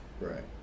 right